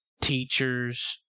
teachers